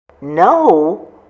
No